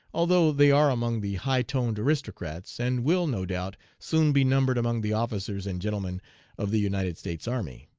although they are among the high-toned aristocrats, and will, no doubt, soon be numbered among the officers and gentlemen of the united states army.